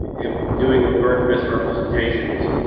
you know doing avert misrepresentations.